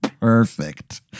Perfect